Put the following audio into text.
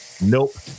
Nope